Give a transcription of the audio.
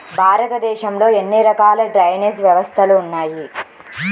భారతదేశంలో ఎన్ని రకాల డ్రైనేజ్ వ్యవస్థలు ఉన్నాయి?